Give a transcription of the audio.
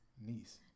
Niece